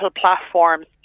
platforms